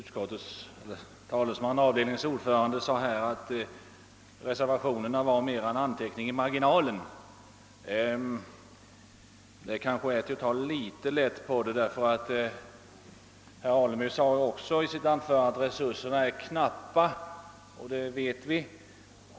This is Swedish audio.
Herr talman! Utskottets talesman sade att reservationerna mest var en anteckning i marginalen, men det är väl att ta litet lätt på frågan. Herr Alemyr sade också att resurserna är knappa, och det vet vi alla.